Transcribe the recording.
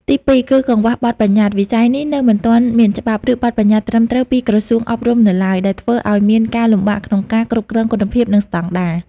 ទីពីរ គឺកង្វះបទប្បញ្ញត្តិ វិស័យនេះនៅមិនទាន់មានច្បាប់ ឬបទប្បញ្ញត្តិត្រឹមត្រូវពីក្រសួងអប់រំនៅឡើយ ដែលធ្វើឲ្យមានការលំបាកក្នុងការគ្រប់គ្រងគុណភាព និងស្តង់ដារ។